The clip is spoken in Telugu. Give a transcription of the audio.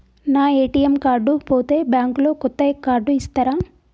నా ఏ.టి.ఎమ్ కార్డు పోతే బ్యాంక్ లో కొత్త కార్డు ఇస్తరా?